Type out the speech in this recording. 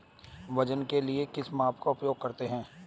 वजन के लिए किस माप का उपयोग करते हैं?